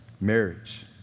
marriage